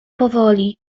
powoli